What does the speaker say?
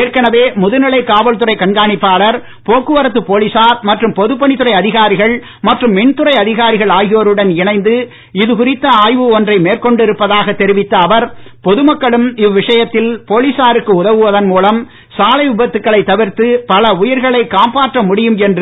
ஏற்கனவே முதுநிலை காவல்துறை கண்காணிப்பாளர் போக்குவரத்து போலீசார் மற்றும் பொதுப்பணித்துறை அதிகாரிகள் மற்றும் மின்துறை அதிகாரிகள் ஆகியோருடன் இணைந்து இது குறித்த ஆய்வு ஒன்றை மேற்கொண்டு இருப்பதாக தெரிவித்துள்ள அவர் பொதுமக்களும் இவ்விசயத்தில் போலீசாருக்கு உதவுவதன் மூலம் சாலை விபத்துகளை தவிர்த்து பல உயிர்களை காப்பாற்ற முடியும் என்ற